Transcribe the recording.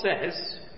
says